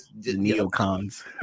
Neocons